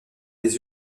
les